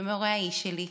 ומהורי האיש שלי,